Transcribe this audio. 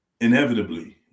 inevitably